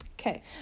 okay